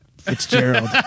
Fitzgerald